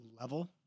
level